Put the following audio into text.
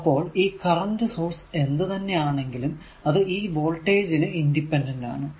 അപ്പോൾ ഈ current source എന്ത് തന്നെ ആണെങ്കിലും അത് ഈ വോൾട്ടേജി നു ഇൻഡിപെൻഡന്റ് ആണ്